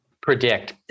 predict